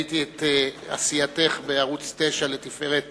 ראיתי את עשייתך בערוץ-9, לתפארת